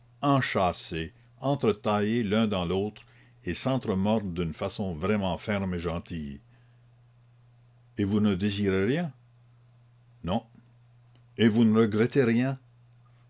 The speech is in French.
enchâssés entretaillés l'un dans l'autre et sentre mordent d'une façon vraiment ferme et gentille et vous ne désirez rien non et vous ne regrettez rien